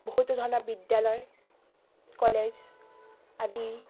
বহুতো ধৰণৰ বিদ্যালয় কলেজ আদি